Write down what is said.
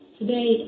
today